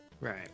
Right